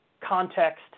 context